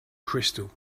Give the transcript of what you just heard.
crystal